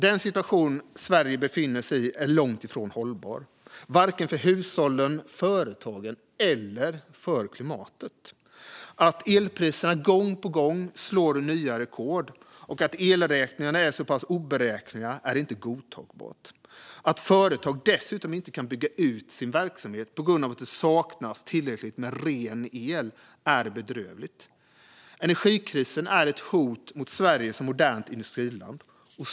Den situation Sverige befinner sig i är långt ifrån hållbar för vare sig hushållen, företagen eller klimatet. Att elpriserna gång på gång slår nya rekord och att elräkningarna är så pass oberäkneliga är inte godtagbart. Att företag dessutom inte kan bygga ut sin verksamhet på grund av att det saknas tillräckligt med ren el är bedrövligt. Energikrisen är ett hot mot Sverige som modernt industriland.